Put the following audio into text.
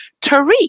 Tariq